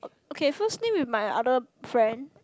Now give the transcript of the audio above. okay first meet with my other friend